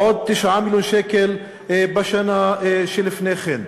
ועוד 9 מיליון שקל בשנה שלפני כן.